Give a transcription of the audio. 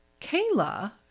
Kayla